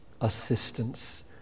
assistance